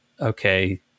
okay